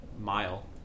mile